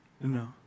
No